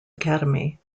academy